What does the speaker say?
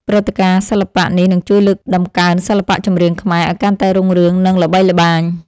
ព្រឹត្តិការណ៍សិល្បៈនេះនឹងជួយលើកតម្កើងសិល្បៈចម្រៀងខ្មែរឱ្យកាន់តែរុងរឿង និង ល្បីល្បាញ។